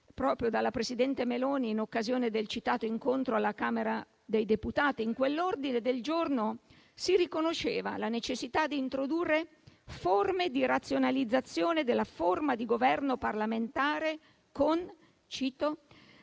proprio dalla presidente Meloni in occasione del citato incontro alla Camera dei deputati. In quell'ordine del giorno si riconosceva la necessità di introdurre forme di razionalizzazione della forma di Governo parlamentare con - cito